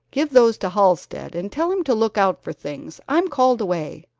give those to halsted and tell him to look out for things. i'm called away.